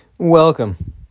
Welcome